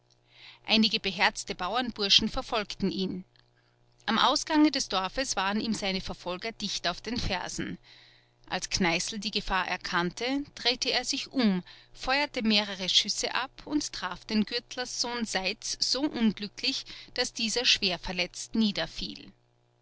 einige beherzte bauernburschen verfolgten ihn am ausgange des dorfes waren ihm seine verfolger dicht auf den fersen als kneißl die gefahr erkannte drehte er sich um feuerte mehrere schüsse ab und traf den gürtlerssohn seitz so unglücklich daß dieser schwerverletzt